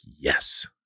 yes